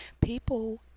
People